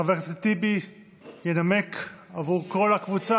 חבר הכנסת טיבי ינמק בשם כל הקבוצה.